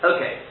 Okay